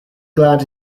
glad